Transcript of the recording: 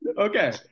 Okay